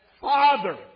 father